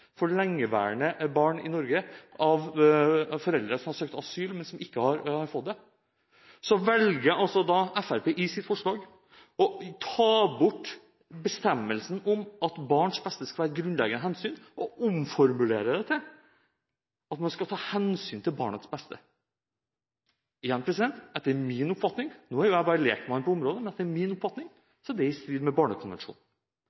for lengeværende barn i Norge av foreldre som har søkt asyl, men som ikke har fått det, velger altså Fremskrittspartiet i sitt forslag å ta bort bestemmelsen om at barns beste skal være et grunnleggende hensyn og omformulere det til at man skal ta «hensyn til barnets beste». Igjen: Etter min oppfatning – og nå er jeg bare lekmann på området – er det